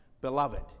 beloved